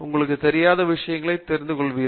உங்களுக்குத் தெரியாத விஷயத்தை தெரிந்துகொள்வீர்கள்